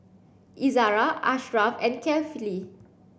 Izzara Ashraff and Kefli